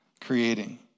creating